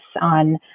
on